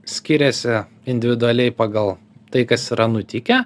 skiriasi individualiai pagal tai kas yra nutikę